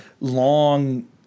long